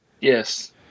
Yes